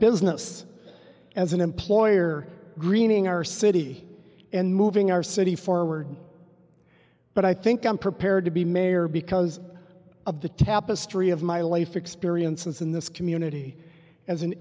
business as an employer greening our city and moving our city forward but i think i'm prepared to be mayor because of the tapestry of my life experiences in this community as an